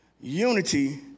unity